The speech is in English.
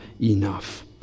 enough